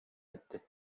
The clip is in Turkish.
etti